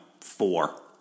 four